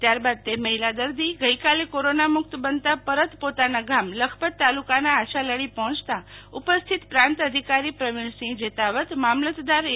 ત્યારબાદ તે મહિલા ગઈકાલે કોરોનામુક્ત બનતા પરત પોતાના ગામ લખપત તાલુકાના આશાલડી પહોંચતા ઉપસ્થિત પ્રાંત અધિકારી પ્રવીણસંહ જેતાવત મામલતદાર એ